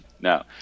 no